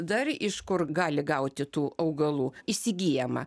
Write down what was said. dar iš kur gali gauti tų augalų įsigyjama